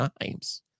times